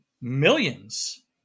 millions